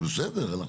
זה בסדר,